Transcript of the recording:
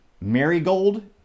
Marigold